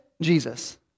Jesus